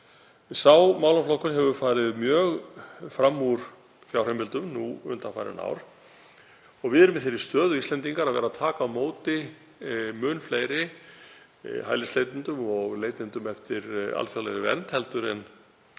Sá málaflokkur hefur farið mjög fram úr fjárheimildum undanfarin ár. Við erum í þeirri stöðu, Íslendingar, að taka á móti mun fleiri hælisleitendum og leitendum eftir alþjóðlegri vernd en